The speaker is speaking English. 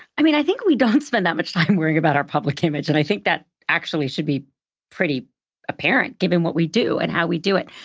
i mean i think we don't spend that much time worrying about our public image. and i think that actually should be pretty apparent, given what we do and how we do it.